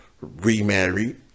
remarried